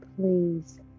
please